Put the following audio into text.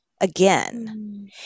again